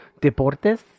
Deportes